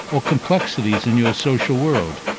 or complexities in your social world.